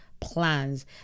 plans